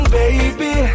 baby